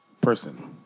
person